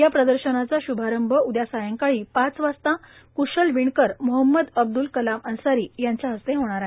या प्र र्शनाचा श्भारंभ उद्या संध्याकाळी पाच वाजता क्शल विणकर मोहम्म अब्प्ल कलाम अन्सारी यांच्या हस्ते होणार आहे